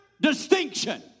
distinction